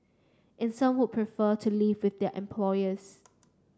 and some would prefer to live with their employers